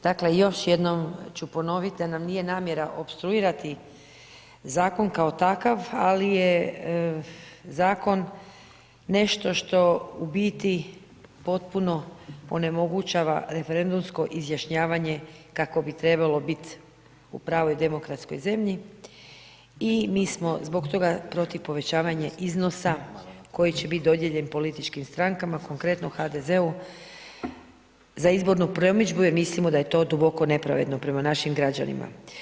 Dakle, još jednom ću ponoviti da nam nije namjera opstruirati zakon kao takav, ali je zakon nešto što u biti potpuno onemogućava referendumsko izjašnjavanje kako bi trebalo biti u pravoj demokratskoj zemlji i mi smo zbog toga protiv povećavanje iznosa koji će biti dodijeljen političkim strankama, konkretno HDZ-u, za izborni promidžbu jer mislimo da je to duboko nepravedno prema našim građanima.